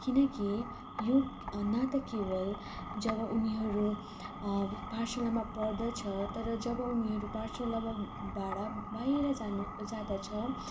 किनकि यो न त केवल जब उनीहरू पाठशालामा पढ्दछ तर जब उनीहरू पाठशालाबाबाट बाहिर जानु जाँदछ